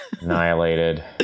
annihilated